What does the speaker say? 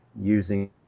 using